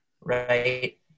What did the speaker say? right